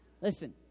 Listen